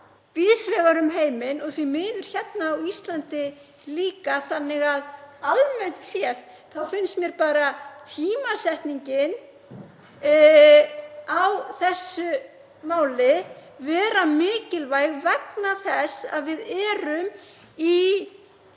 víðs vegar um heiminn og því miður hérna á Íslandi líka þannig að almennt séð þá finnst mér tímasetningin á þessu máli vera mikilvæg vegna þess að við erum í